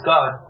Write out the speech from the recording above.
God